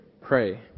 pray